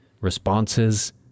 responses